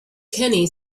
kenny